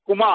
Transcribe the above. Kumar